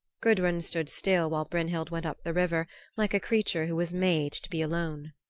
gudrun stood still while brynhild went up the river like a creature who was made to be alone.